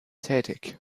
tätig